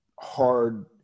hard